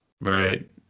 right